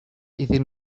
iddyn